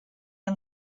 and